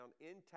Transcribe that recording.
intact